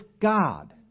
God